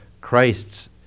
Christ's